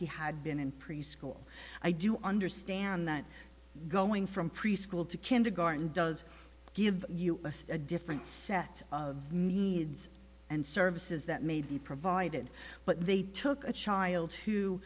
he had been in preschool i do understand that going from preschool to kindergarten does give you a different set of needs and services that made you provided but they took a child to